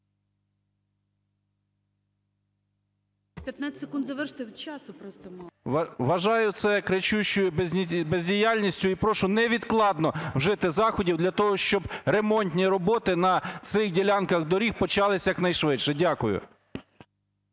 Вважаю це кричущою бездіяльністю і прошу невідкладно вжити заходів для того, щоб ремонтні роботи на цих ділянках доріг почалися якнайшвидше. Дякую